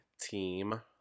team